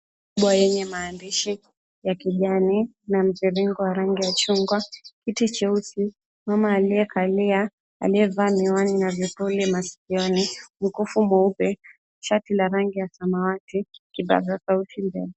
Bango lenye maandishi ya kijani liko na rangi ya chungwa, kiti cheusi, mama aliyevalia miwani, mkufu mweupe na vipuli masikioni, shati ya rangi ya samawati, kipaza sauti mbele.